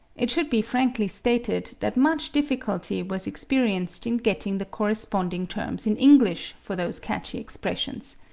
it should be frankly stated that much difficulty was experienced in getting the corresponding terms in english for those catchy expressions.